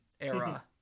era